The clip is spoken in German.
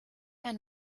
ein